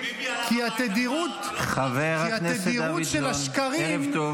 בבקשה, אדוני.